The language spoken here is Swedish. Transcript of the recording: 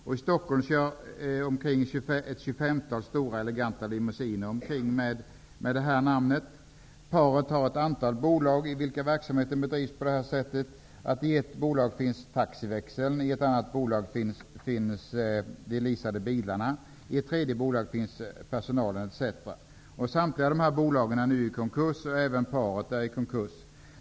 I Stockholm kör omkring tjugofemtal stora eleganta limosiner omkring med detta namn på sidan. Paret har ett antal bolag i vilka verksamheten bedrivs. I ett bolag finns taxiväxeln, i ett annat bolag finns de leasade bilarna, och i ett tredje bolag finns personalen, etc. Samtliga dessa bolag är nu i konkurs, och även paret är i konkurs.